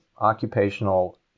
Occupational